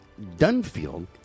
Dunfield